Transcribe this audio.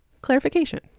clarification